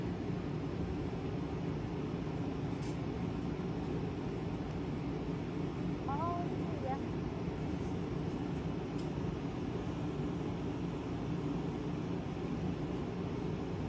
आं ओह्बी ठीक ऐ